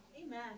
amen